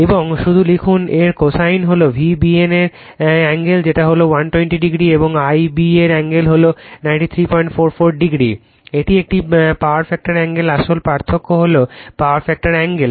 এবং শুধু লিখুন এর cosine হল VBN এর অ্যাঙ্গেল যেটা হল 120o এবং Ib এর অ্যাঙ্গেল হল 9344o। এটি একটি পাওয়ার ফ্যাক্টর অ্যাঙ্গেল আসলে পার্থক্য হল পাওয়ার ফ্যাক্টর এঙ্গেল